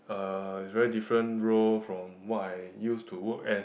uh very different role from what I used to work at